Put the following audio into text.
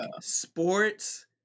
sports